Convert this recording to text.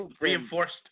Reinforced